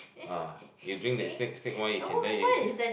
ah you drink the snake snake wine you can then you can